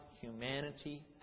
humanity